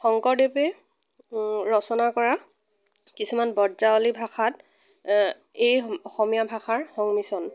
শংকৰদেৱে ৰচনা কৰা কিছুমান বজ্ৰাৱলী ভাষাত এই অসমীয়া ভাষাৰ সংমিশ্ৰণ